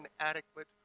inadequate